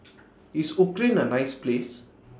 IS Ukraine A nice Place